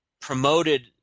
promoted